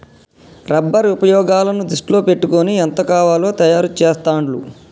rubber ఉపయోగాలను దృష్టిలో పెట్టుకొని ఎంత కావాలో తయారు చెస్తాండ్లు